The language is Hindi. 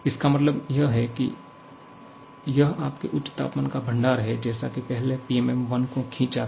इसका मतलब यह है कि यह आपके उच्च तापमान का भंडार है जैसा की पहले PMM I को खींचा था